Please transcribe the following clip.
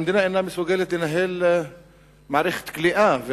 שהמדינה אינה מסוגלת לנהל מערכת כליאה,